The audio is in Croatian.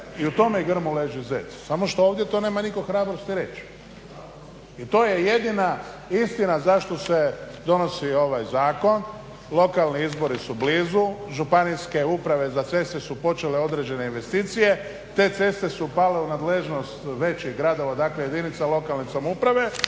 i u tome grmu leži zec. Samo što ovdje to nema nitko hrabrosti reći. I to je jedina istina zašto se donosi ovaj zakon. Lokalni izbori su blizu, Županijske uprave za ceste su počele određene investicije. Te ceste su pale u nadležnost većih gradova, dakle jedinica lokalne samouprave.